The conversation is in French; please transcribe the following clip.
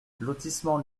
lotissement